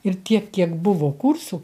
ir tiek kiek buvo kursų